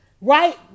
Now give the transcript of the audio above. right